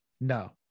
No